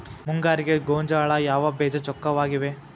ಮುಂಗಾರಿಗೆ ಗೋಂಜಾಳ ಯಾವ ಬೇಜ ಚೊಕ್ಕವಾಗಿವೆ?